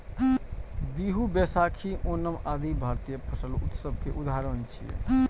बीहू, बैशाखी, ओणम आदि भारतीय फसल उत्सव के उदाहरण छियै